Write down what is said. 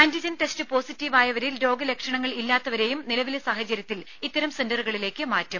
antigen test പോസിറ്റീവായവരിൽ രോഗലക്ഷണങ്ങൾ ഇല്ലാത്തവരേയും നിലവിലെ സാഹചര്യത്തിൽ ഇത്തരം സെന്ററുകളിലേക്ക് മാറ്റും